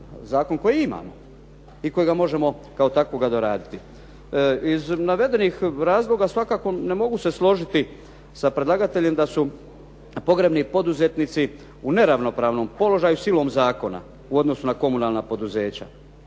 zakon koji imamo i kojega možemo kao takvoga doraditi? Iz navedenih razloga svakako ne mogu se složiti sa predlagateljem da su pogrebni poduzetnici u neravnopravnom položaju silom zakona u odnosu na komunalna poduzeća